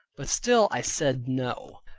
but still i said no.